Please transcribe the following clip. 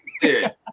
Dude